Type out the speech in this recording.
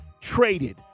traded